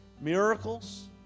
miracles